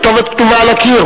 הכתובת כתובה על הקיר,